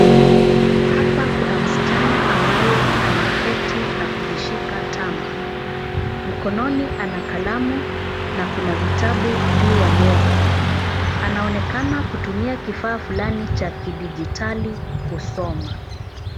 Hapa kuna msichana ambaye ameketi na kujishika tama. Mkononi ana kalamu na kuna vitabu juu ya meza. Anaonekana kutumia kifaa fulani cha kidijitali kusoma.